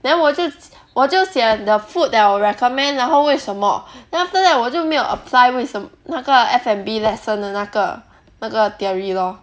then 我就我就写 the food that I would recommend 然后为什么 then after that 我就没有 apply 为什么那个 F&B lesson 的那个那个 theory lor